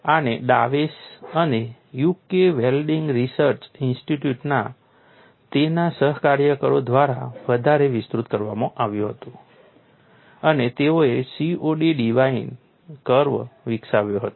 આને ડાવેસ અને UK welding research ઇન્સ્ટિટ્યૂટના તેના સહકાર્યકરો દ્વારા વધારે વિસ્તૃત કરવામાં આવ્યું હતું અને તેઓએ COD ડિઝાઇન કર્વ વિકસાવ્યો હતો